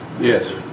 yes